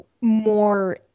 more